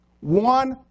One